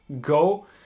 go